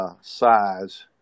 size